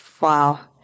wow